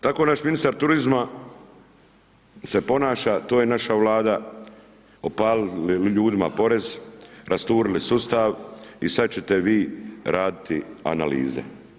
Tako naš ministar turizma se ponaša, to je naša Vlada, opalili ljudima porez, rasturili sustav i sad ćete vi raditi analize.